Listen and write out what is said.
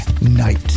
Night